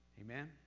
Amen